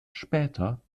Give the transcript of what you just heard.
später